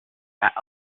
that